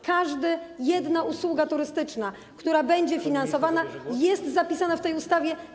Każda jedna usługa turystyczna, która będzie finansowana, jest zapisana w tej ustawie.